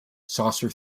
saucer